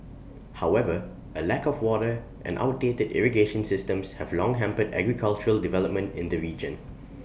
however A lack of water and outdated irrigation systems have long hampered agricultural development in the region